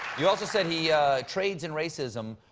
you also said he trades in racism.